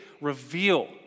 reveal